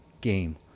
game